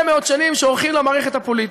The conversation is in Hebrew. מאוד שנים שעורכים למערכת הפוליטית.